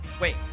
wait